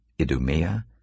Idumea